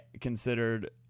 considered